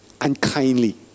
unkindly